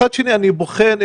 כבוד השר, מצד אחד, אני בוחן את